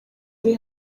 yari